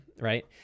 right